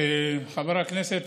חבר הכנסת,